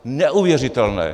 Neuvěřitelné!